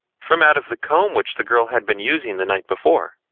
from out of the comb which the girl had been using the night before.